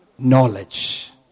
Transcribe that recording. Knowledge